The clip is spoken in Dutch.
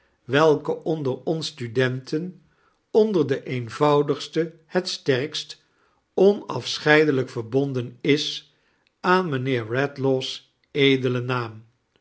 welke onder ons studenten onder de eenvoudigste het sterkst onafscheidelijk verbonden is aan mijnheer redlaw's edelen naam